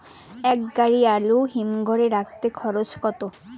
এক গাড়ি আলু হিমঘরে রাখতে খরচ কত?